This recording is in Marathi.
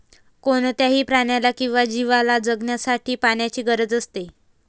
कोणत्याही प्राण्याला किंवा जीवला जगण्यासाठी पाण्याची गरज असते